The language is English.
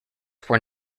were